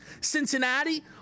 cincinnati